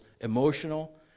emotional